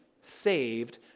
saved